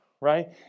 right